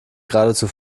geradezu